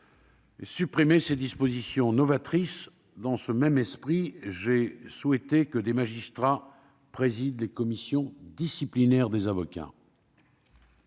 ait supprimé ces dispositions novatrices. Dans le même esprit, j'ai souhaité que des magistrats président les commissions disciplinaires des avocats.